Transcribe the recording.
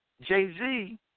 Jay-Z